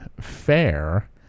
fair